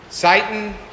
Satan